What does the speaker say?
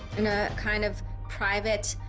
in a kind of private,